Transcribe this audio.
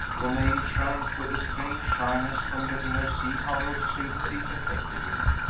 romayne shrank, with a strange shyness, from letting her see how her sympathy affected him.